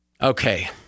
Okay